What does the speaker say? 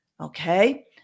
Okay